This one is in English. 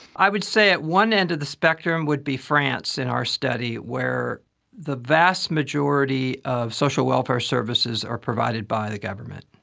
i would say at one end of the spectrum would be france in our study where the vast majority of social welfare services are provided by the government.